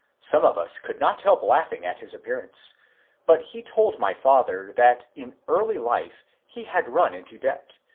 some of us could not help laughing at his appearance but he told my father that in early life he had run into debt,